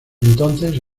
entonces